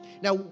Now